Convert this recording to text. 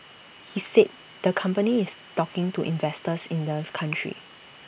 he said the company is talking to investors in the country